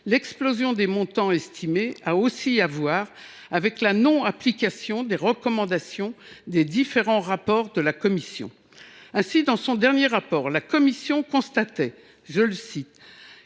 l’explosion des montants estimés a aussi à voir avec la non application des recommandations des différents rapports de la commission. Ainsi, dans son dernier rapport, la commission constatait que «